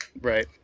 Right